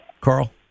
Carl